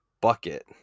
bucket